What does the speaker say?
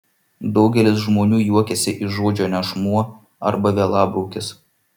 daugelis žmonių juokiasi iš žodžio nešmuo arba vielabraukis